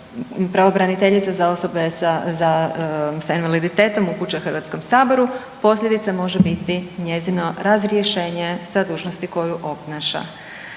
pravobraniteljica za osobe sa invaliditetom upućuje Hrvatskom saboru posljedica može biti njezino razrješenje sa dužnosti koju obnaša.